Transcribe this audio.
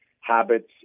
habits